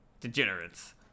Degenerates